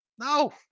No